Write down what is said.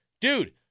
Dude